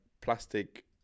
plastic